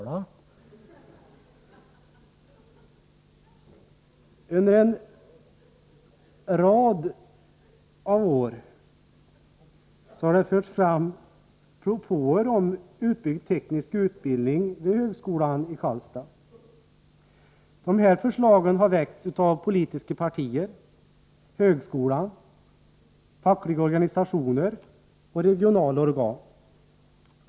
| grundläggande Under en rad av år har det förts fram propåer om utbyggd teknisk högskoleutbildning utbildning vid högskolan i Karlstad. Dessa förslag har väckts av politiska möm partier, högskolan, fackliga organisationer och regionala organ.